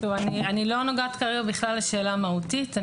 אני לא נוגעת כרגע בכלל בשאלה המהותית.